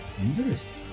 Interesting